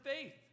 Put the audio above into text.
faith